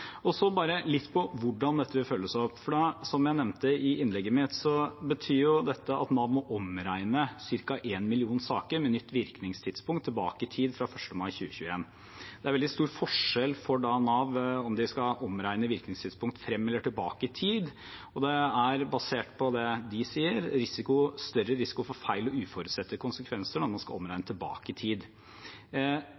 og så får vi ordne det praktiske rundt det, for å si det litt enkelt. Så bare litt om hvordan dette vil følges opp, for som jeg nevnte i innlegget mitt, betyr jo dette at Nav må omregne ca. én million saker med nytt virkningstidspunkt tilbake i tid fra 1. mai 2021. Det er veldig stor forskjell for Nav om de skal omregne virkningstidspunktet frem eller tilbake i tid, og det er, basert på det de sier, større risiko for feil og uforutsette konsekvenser når man skal